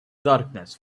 darkness